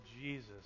Jesus